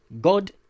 God